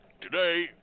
today